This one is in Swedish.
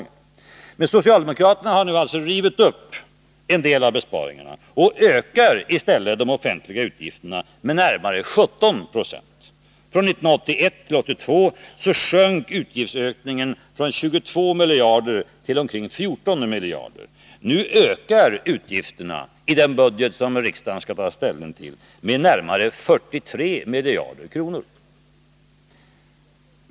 Men socialdemokraterna har nu alltså rivit upp en del av besparingarna och ökar i stället statsutgifterna med närmare 17 90. Från 1981 till 1982 minskade utgiftsökningen från 22 miljarder till omkring 14 miljarder. Nu ökar utgifterna i den budget som riksdagen skall ta ställning till med närmare 43 miljarder kronor.